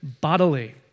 bodily